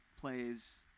plays